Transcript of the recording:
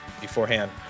beforehand